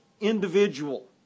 individual